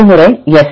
ஒரு முறை S